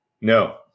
No